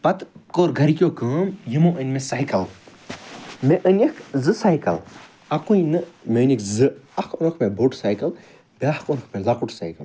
پَتہٕ کٔر گھرکیٛو کٲم یمو أنۍ مےٚ سایکَل مےٚ أنِکھ زٕ سایکَل اَکُے نہٕ مےٚ أنِکھ زٕ اَکھ اوٚنُکھ مےٚ بوٚڑ سایکَل بیٛاکھ اوٚنُکھ مےٚ لۄکُٹ سایکَل